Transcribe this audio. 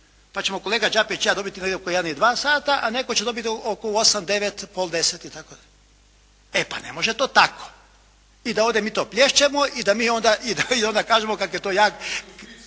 pa ćemo kolega Đapić i ja dobiti negdje oko jedan i dva sata a netko će dobiti oko osam, devet, pola deset itd. E pa ne može to tako. I da ovdje mi to plješćemo i da kažemo kako je to jako